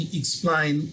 explain